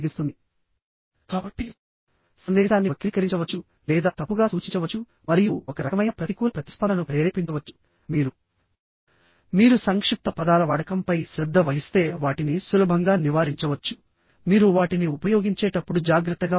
కాబట్టి సందేశాన్ని వక్రీకరించవచ్చు లేదా తప్పుగా సూచించవచ్చు మరియు ఒక రకమైన ప్రతికూల ప్రతిస్పందనను ప్రేరేపించవచ్చు మీరు మీరు సంక్షిప్త పదాల వాడకంపై శ్రద్ధ వహిస్తే వాటిని సులభంగా నివారించవచ్చుమీరు వాటిని ఉపయోగించేటప్పుడు జాగ్రత్తగా ఉండండి